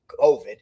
COVID